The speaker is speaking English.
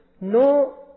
no